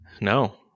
No